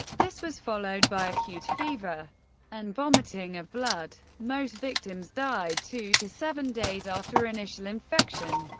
this was followed by acute fever and vomiting of blood. most victims died two to seven days after initial infection.